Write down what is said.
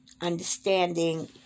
understanding